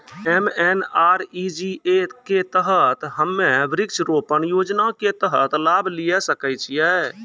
MNREGA के तहत हम्मय वृक्ष रोपण योजना के तहत लाभ लिये सकय छियै?